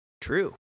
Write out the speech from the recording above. True